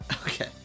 Okay